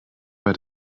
bei